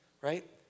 right